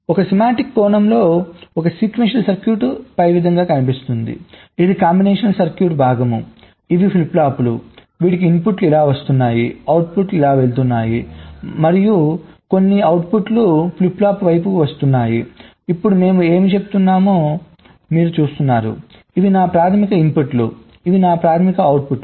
ఒక స్కీమాటిక్ కోణంలో ఒక సీక్వెన్షియల్ సర్క్యూట్ ఇలా కనిపిస్తుంది ఇది కాంబినేషన్ సర్క్యూట్ భాగం ఇవి ఫ్లిప్ ఫ్లాప్లు వీటికీ ఇన్పుట్లు ఇలా వస్తున్నాయి అవుట్పుట్లు వెళ్తున్నాయి మరియు కొన్ని అవుట్పుట్లు ఫ్లిప్ ఫ్లాప్కు వైపుకు వస్తున్నాయిఇప్పుడు మేము ఏమి చెప్తున్నామో మీరు చూస్తున్నారు ఇవి నా ప్రాధమిక ఇన్పుట్లు ఇవి నా ప్రాధమిక అవుట్పుట్